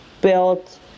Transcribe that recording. built